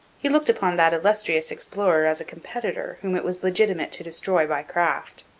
he looked upon that illustrious explorer as a competitor whom it was legitimate to destroy by craft.